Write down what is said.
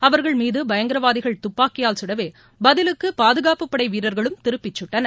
அவர்கள் மீது பயங்கரவாதிகள் துப்பாக்கியால் சுடவே பதிலுக்கு பாதுகாப்பு படை வீரர்களும் திருப்பி சுட்டனர்